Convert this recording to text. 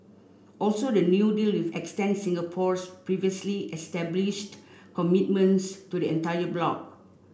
also the new deal extend Singapore's previously established commitments to the entire bloc